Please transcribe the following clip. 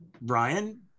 Brian